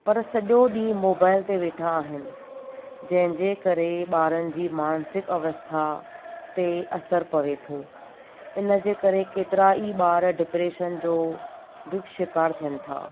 पर सॼो ॾींहुं मोबाइल ते वेठा आहिनि जंहिंजे करे ॿारनि जी मानसिक अवस्था ते असरु पवे थो हिन जे करे केतिरा ई ॿार डिप्रेशन जो बि शिकारु थियनि था